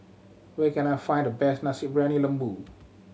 where can I find the best Nasi Briyani Lembu